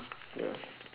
ya